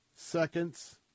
seconds